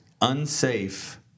unsafe